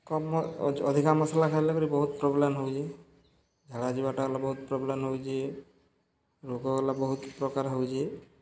କମ୍ ଅଧିକା ମସ୍ଲା ଖାଏଲେ ପରେ ବହୁତ୍ ପ୍ରୋବ୍ଲମ୍ ହଉଛେ ଝାଡ଼ା ଯିବାଟା ହେଲା ବହୁତ୍ ପ୍ରୋବ୍ଲମ୍ ହଉଛେ ରୋଗ ଗଲା ବହୁତ୍ ପ୍ରକାର୍ ହଉଛେ